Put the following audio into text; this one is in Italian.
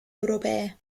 europee